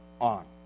on